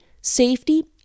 safety